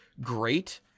great